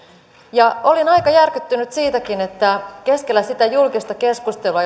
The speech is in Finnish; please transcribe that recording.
olin aika järkyttynyt siitäkin että keskellä sitä julkista keskustelua